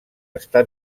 està